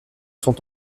sont